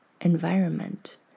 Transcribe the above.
environment